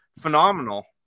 phenomenal